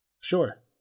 Sure